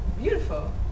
beautiful